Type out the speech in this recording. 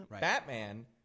Batman